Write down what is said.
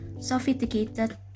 sophisticated